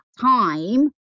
time